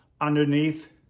underneath